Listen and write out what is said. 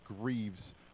grieves